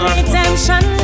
redemption